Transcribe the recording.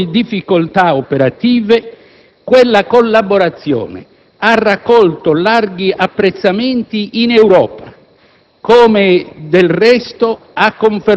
Pur svolgendosi tra enormi difficoltà operative, quella collaborazione ha raccolto larghi apprezzamenti in Europa,